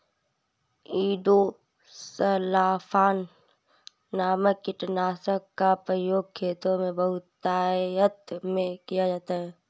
endosulfan नामक कीटनाशक का प्रयोग खेतों में बहुतायत में किया जाता है